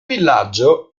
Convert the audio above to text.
villaggio